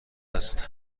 است